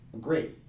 Great